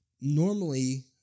normally